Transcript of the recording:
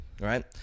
right